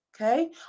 okay